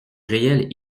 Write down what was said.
réel